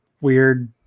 weird